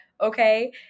Okay